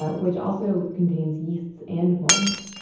but which also contains yeasts and molds.